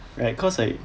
like cause like